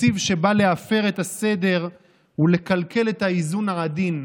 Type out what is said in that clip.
תקציב שבא להפר את הסדר ולקלקל את האיזון העדין.